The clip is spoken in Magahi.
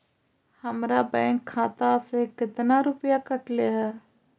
हमरा बैंक खाता से कतना रूपैया कटले है?